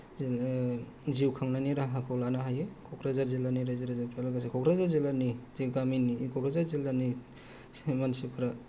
जोङो जिउ खांनानयनि राहाखौ लानो हायो क'क्राझार जिल्लानि राइजो राजाफ्रा लोगोसे क'क्राझार जिल्लानि जे गामिनि क'क्राझार जिल्लानि जे मानसिफ्रा